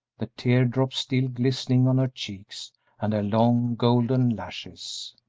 the tear-drops still glistening on her cheeks and her long golden lashes.